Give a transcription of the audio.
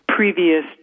Previous